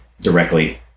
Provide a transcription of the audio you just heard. directly